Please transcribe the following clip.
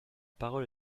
parole